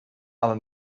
aber